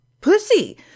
pussy